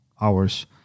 hours